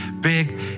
big